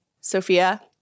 Sophia